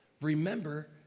remember